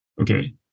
Okay